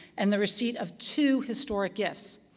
and the receipt of two historic gifts.